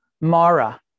Mara